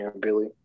Billy